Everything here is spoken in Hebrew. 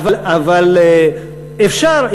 אבל אפשר,